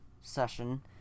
session